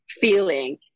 feeling